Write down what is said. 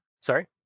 Sorry